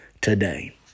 today